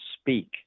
speak